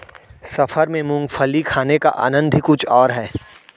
सफर में मूंगफली खाने का आनंद ही कुछ और है